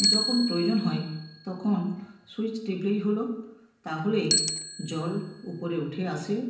যখন প্রয়োজন হয় তখন সুইচ টিপলেই হলো তাহলেই জল উপরে উঠে আসে